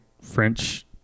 French